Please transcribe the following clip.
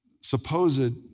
supposed